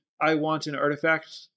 I-want-an-artifact